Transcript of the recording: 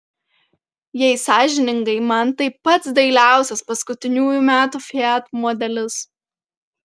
jei sąžiningai man tai pats dailiausias paskutiniųjų metų fiat modelis